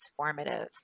transformative